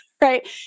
Right